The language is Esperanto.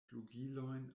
flugilojn